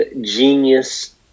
Genius